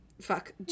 Fuck